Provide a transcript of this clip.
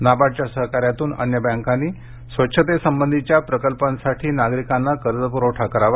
नाबार्डच्या सहकार्यातून अन्य बँकांनी स्वच्छतेसंबंधीच्या प्रकल्पांसाठी नागरिकांना कर्ज पुरवठा करावा